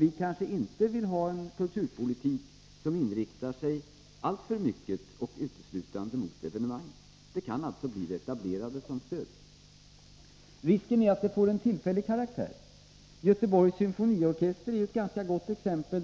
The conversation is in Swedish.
vi kanske inte vill ha en kulturpolitik som inriktas alltför mycket, eller uteslutande, mot evenemang. Det kan alltså bli det etablerade som stöds. Risken är också att vi får en tillfällig karaktär på verksamheten. Göteborgs symfoniorkester är ett ganska gott exempel.